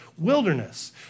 wilderness